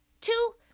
Two